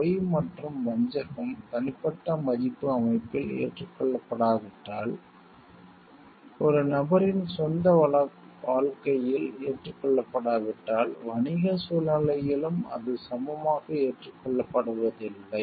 பொய் மற்றும் வஞ்சகம் தனிப்பட்ட மதிப்பு அமைப்பில் ஏற்றுக்கொள்ளப்படாவிட்டால் ஒரு நபரின் சொந்த வாழ்க்கையில் ஏற்றுக்கொள்ளப்படாவிட்டால் வணிக சூழ்நிலைகளிலும் அது சமமாக ஏற்றுக்கொள்ளப்படுவதில்லை